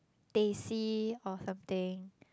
teh C or something